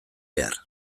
behar